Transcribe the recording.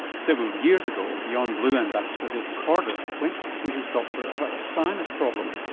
several years ago, beyondblue ambassador david corduff, went to see his doctor about a sinus problem.